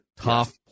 tough